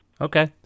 Okay